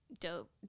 dope